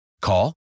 Call